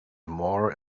more